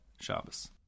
Shabbos